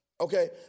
Okay